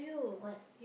what